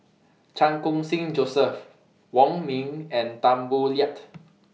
Chan Khun Sing Joseph Wong Ming and Tan Boo Liat